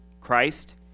Christ